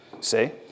say